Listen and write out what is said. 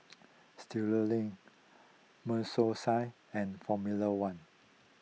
Studioline and formula one